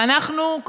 ואנחנו,